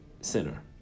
Center